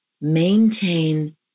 maintain